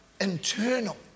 internal